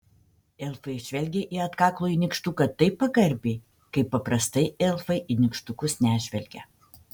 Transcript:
elfai žvelgė į atkaklųjį nykštuką taip pagarbiai kaip paprastai elfai į nykštukus nežvelgia